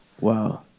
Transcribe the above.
Wow